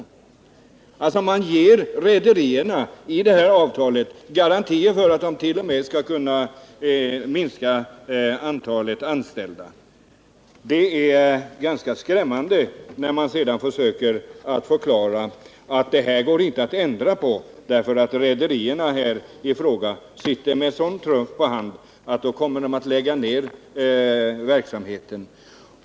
I avtalen ger man rederierna t.o.m. garantier för att de skall kunna minska antalet anställda. Det är ganska skrämmande, särskilt som vi fått veta att det här avtalet inte går att ändra på därför att rederierna i fråga sitter med sådan trumf på hand att de i så fall kommer att lägga ner verksamheten.